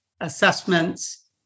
assessments